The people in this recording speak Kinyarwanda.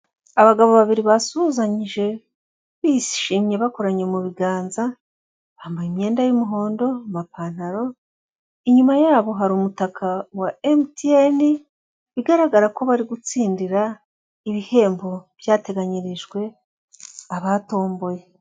Abagabo babiri basuhuzanyije bishimye bakoranye mu biganza, bambaye imyenda y'umuhondo amapantaro, inyuma yabo hari umutaka wa MTN, bigaragara ko bari gutsindira ibihembo byateganyirijwe abatomboye.